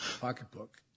pocketbook